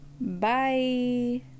Bye